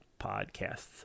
podcasts